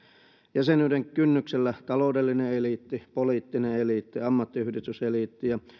jäsenyyden kynnyksellä taloudellinen eliitti poliittinen eliitti ammattiyhdistyseliitti ja